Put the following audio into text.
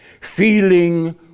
feeling